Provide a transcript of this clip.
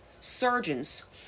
surgeons